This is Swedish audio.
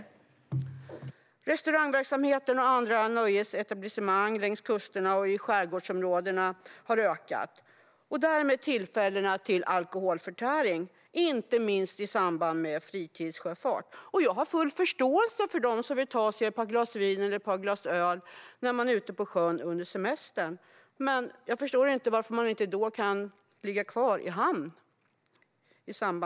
Verksamheten i restauranger och andra nöjesetablissemang längs kusterna och i skärgårdsområdena har ökat och därmed tillfällena till alkoholförtäring, inte minst i samband med fritidssjöfart. Jag har full förståelse för den som vill ta sig ett par glas vin eller öl när man är ute på sjön under semestern, men jag förstår inte varför man inte då kan ligga kvar i hamn.